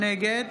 נגד